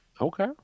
okay